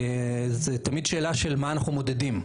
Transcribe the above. זה תמיד שאלה של מה אנחנו מודדים.